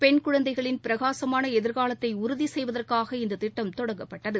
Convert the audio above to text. பெண் குழந்தைகளின் பிரகாசுமான எதிர்காலத்தை உறுதி செய்வதற்காக இந்த திட்டம் தொடங்கப்பட்டது